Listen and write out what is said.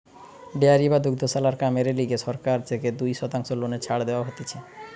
dairy বা দুগ্ধশালার কামেরে লিগে সরকার থেকে দুই শতাংশ লোনে ছাড় দেওয়া হতিছে